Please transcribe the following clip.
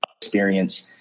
experience